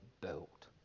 built